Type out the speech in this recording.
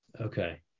Okay